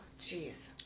jeez